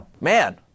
man